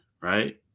right